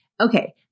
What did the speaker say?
Okay